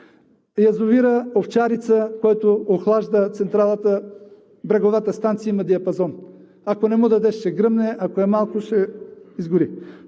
Язовир „Овчарица“, който охлажда централата – бреговата станция има диапазон, ако не му дадеш, ще гръмне, ако е малко – ще изгори.